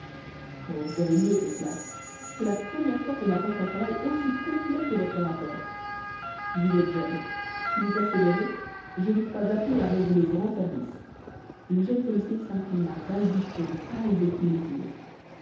oh vous avez mieux que cela c'est la première fois qu'on m'apporte un travail aussi complet que votre rapport vous êtes jeune si vous persévérez je vous crois appelé à rendre de grands services le jeune policier s'inclina balbutiant pâle de plaisir